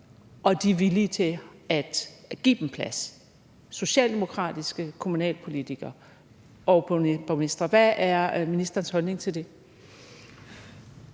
at de er villige til at give dem plads – altså socialdemokratiske kommunalpolitikere og borgmestre? Hvad er ministerens holdning til det?